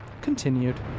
continued